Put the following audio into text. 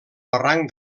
barranc